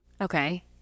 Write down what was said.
okay